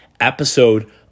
episode